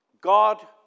God